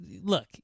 look